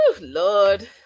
Lord